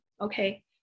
Okay